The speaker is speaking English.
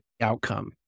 outcome